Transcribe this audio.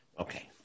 Okay